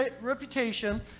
reputation